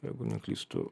jeigu neklystu